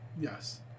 yes